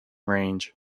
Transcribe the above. range